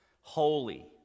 Holy